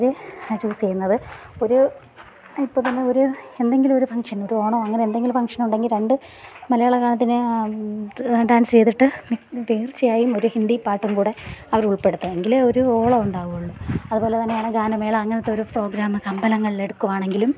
അവർ choose ചെയ്യുന്നത് ഒരു ഇപ്പോൾത്തന്നെ ഒരു എന്തെങ്കിലും ഒരു ഫങ്ഷൻ ഒരു ഓണമോ അങ്ങനെ എന്തെങ്കിലും ഫങ്ഷൻ ഉണ്ടെങ്കിൽ രണ്ട് മലയാളം ഗാനത്തിന് ഡാൻസ് ചെയ്തിട്ട് തീർച്ചയായും ഒരു ഹിന്ദി പാട്ടുംകൂടെ അവർ ഉൾപ്പെടുത്തും എങ്കിലേയൊരു ഓളം ഒണ്ടാവുള്ളൂ അതുപോലെത്തന്നെയാണ് ഗാനമേള അങ്ങനത്തൊരു പ്രോഗ്രാമ് അമ്പലങ്ങളിൽ എടുക്കുകയാണെങ്കിലും